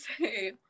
say